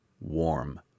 warm